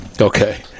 okay